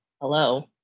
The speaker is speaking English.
hello